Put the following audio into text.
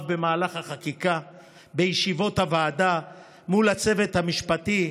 במהלך החקיקה בישיבות הוועדה מול הצוות המשפטי,